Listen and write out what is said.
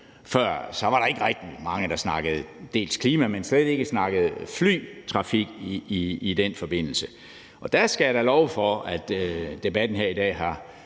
før der ikke rigtig var mange, der snakkede, ja, dels klima, men man snakkede slet ikke flytrafik i den forbindelse. Og der skal jeg da love for, at debatten her i dag helt